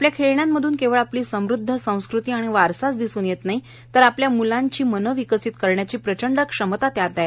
आपल्या खेळण्यांमधून केवळ आपली समृद्ध संस्कृती आणि वारसाच दिसून येत नाही तर आपल्या मुलांची मने विकसित करण्याची प्रचंड क्षमता आहे